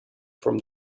from